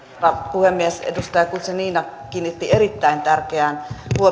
puhemies edustaja guzenina kiinnitti erittäin tärkeään